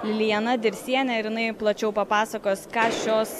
lilijana dirsienė ir jinai plačiau papasakos ką šios